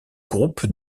groupes